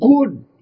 good